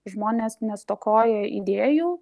žmonės nestokoja idėjų